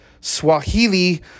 Swahili